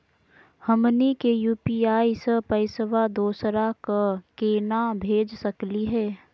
हमनी के यू.पी.आई स पैसवा दोसरा क केना भेज सकली हे?